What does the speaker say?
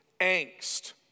angst